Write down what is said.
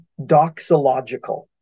doxological